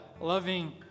loving